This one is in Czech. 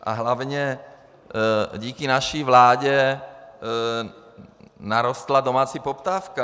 A hlavně díky naší vládě narostla domácí poptávka.